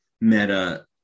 meta